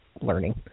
learning